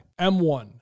M1